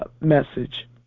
message